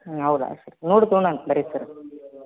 ಹೂಂ ಹೌದಾ ಸರ್ ನೋಡಿ ತಗೋಣಂತ ಬನ್ರಿ ಸರ್